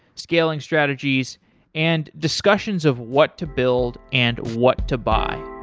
scaling strategies and discussions of what to build and what to buy.